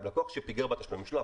לקוח שפיגר בתשלומים שלו,